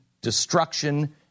destruction